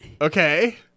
Okay